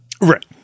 Right